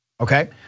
Okay